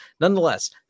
nonetheless